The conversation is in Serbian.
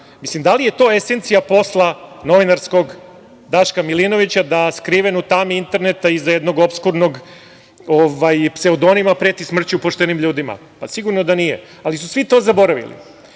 Da li je to esencija posla novinarskog Daška Milinovića da skriven u tami interneta iza jednog opskurnog pseudonima preti smrću poštenim ljudima? Sigurno da nije, ali su svi to zaboravili